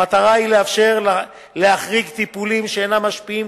המטרה היא לאפשר להחריג טיפולים שאינם משפיעים